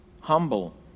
humble